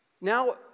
now